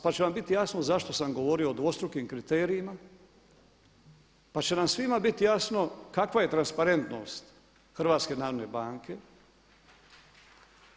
Pa će vam biti jasno zašto sam govorio o dvostrukim kriterijima, pa će nam svima biti jasno kakva je transparentnost HNB-a.